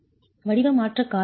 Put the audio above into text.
வடிவ மாற்றக் காரணி 1